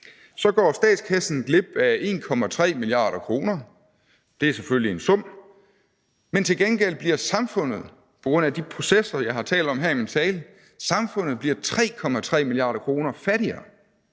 går statskassen glip af 1,3 mia. kr., og det er selvfølgelig en sum, men samfundet bliver til gengæld på grund af de processer, jeg har talt om her i min tale, 3,3 mia. kr. rigere.